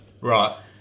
right